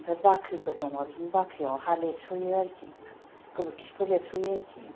आमफ्राय बाख्रिफोर दंब्ला बिदिनो बाख्रिआव हा लिरसयो आरोखि गोबोरखिखौ लिरसयो आरोखि